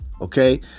Okay